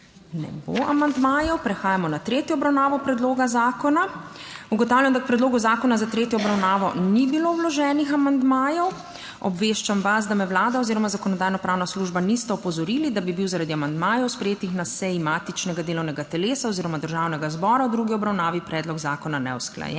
Ne bo amandmajev. Prehajamo na tretjo obravnavo predloga zakona. Ugotavljam, da k predlogu zakona za tretjo obravnavo ni bilo vloženih amandmajev. Obveščam vas, da me Vlada oziroma Zakonodajno-pravna služba nista opozorili, da bi bil zaradi amandmajev sprejetih na seji matičnega delovnega telesa oziroma Državnega zbora v drugi obravnavi predlog zakona neusklajen.